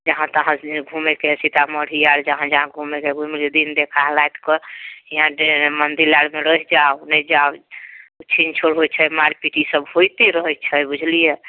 जहाँ तहाँ जे घुमैके हय सीतामढ़ी आर जहाँ जहाँ घुमैके हए घुमि लु दिन देखार राति कऽ इहाँ मंदिल आरमे रहि जाउ नहि जाउ छीन छोड़ होयत छै मारपीट ई सब होयते रहैत छै बुझलियै